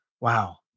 Wow